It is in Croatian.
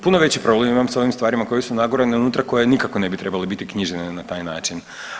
Puno veći problem imam s ovom stvarima koje su nagurane unutra koje nikako ne bi trebale biti knjižene na taj način.